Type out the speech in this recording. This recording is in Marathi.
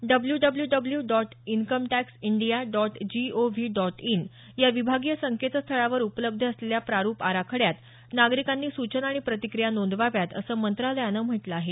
W W W dot income tax India dot G O V dot in या विभागीय संकेतस्थळावर उपलब्ध असलेल्या प्रारुप आराखड्यात नागरिकांनी सूचना आणि प्रतिक्रिया नोंदवाव्यात असं मंत्रालयानं म्हटलं आहे